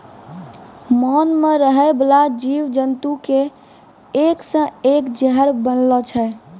मान मे रहै बाला जिव जन्तु के एक से एक जहर बनलो छै